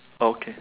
okay